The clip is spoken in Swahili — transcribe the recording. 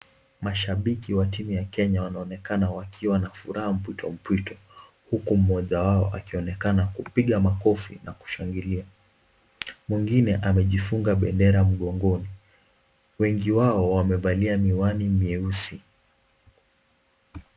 Mashabiki wa timu ya Kenya wanaonekana wakiwa na furaha mpwitompwito, huku mmoja wao akionekana kupiga makofi na kushangilia. Mwingine amejifunga bendera mgongoni. Wengi wao wamevalia miwani meusi.